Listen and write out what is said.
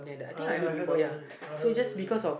I I heard about it I heard about it